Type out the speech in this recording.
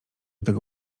tego